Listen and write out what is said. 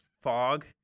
fog